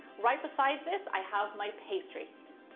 right beside this i have my pastry.